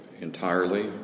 entirely